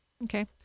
Okay